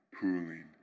pooling